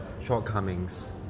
shortcomings